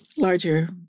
larger